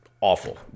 awful